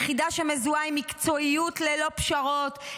יחידה שמזוהה עם מקצועיות ללא פשרות,